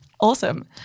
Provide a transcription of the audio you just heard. Awesome